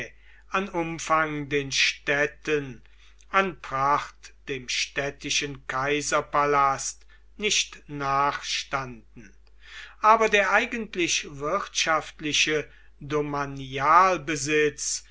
an umfang den städten an pracht dem städtischen kaiserpalast nicht nachstanden aber der eigentlich wirtschaftliche